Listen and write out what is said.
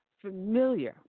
familiar